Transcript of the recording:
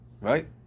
right